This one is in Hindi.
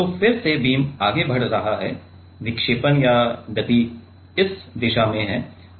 तो फिर से बीम आगे बढ़ा रहा है विक्षेपण या गति इस दिशा में है